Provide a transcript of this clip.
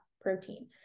protein